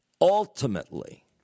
ultimately